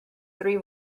three